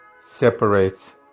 separates